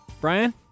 Brian